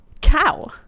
cow